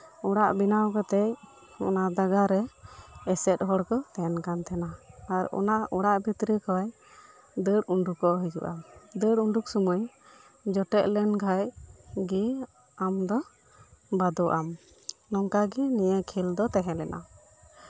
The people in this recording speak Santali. ᱚᱲᱟᱜ ᱵᱮᱱᱟᱣ ᱠᱟᱛᱮᱫ ᱚᱱᱟ ᱫᱟᱜᱟᱨᱮ ᱮᱥᱮᱫ ᱦᱚᱲ ᱠᱚ ᱛᱟᱦᱮᱱ ᱠᱟᱱ ᱛᱟᱦᱮᱱᱟ ᱟᱨ ᱚᱱᱟ ᱚᱲᱟᱜ ᱵᱷᱤᱛᱨᱤ ᱠᱷᱚᱱ ᱫᱟᱹᱲ ᱩᱰᱩᱠᱚᱜ ᱦᱩᱭᱩᱜᱼᱟ ᱫᱟᱹᱲ ᱩᱰᱩᱠ ᱥᱚᱢᱚᱭ ᱡᱚᱴᱮᱫ ᱞᱮᱱᱠᱷᱟᱱ ᱜᱮ ᱟᱢ ᱫᱚ ᱵᱟᱫᱚᱜ ᱟᱢ ᱱᱚᱝᱠᱟ ᱜᱮ ᱱᱤᱭᱟᱹ ᱠᱷᱮᱞ ᱫᱚ ᱛᱟᱦᱮᱸ ᱞᱮᱱᱟ